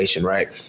right